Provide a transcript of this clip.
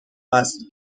وصل